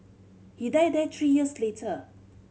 he died there three years later